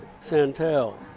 Santel